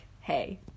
hey